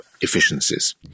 efficiencies